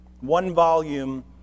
one-volume